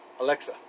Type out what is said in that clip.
Alexa